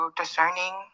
discerning